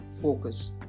focus